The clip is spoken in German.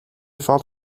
fahrt